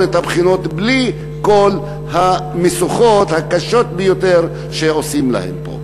את הבחינות בלי כל המשוכות הקשות ביותר ששמים להם פה.